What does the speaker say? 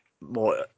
More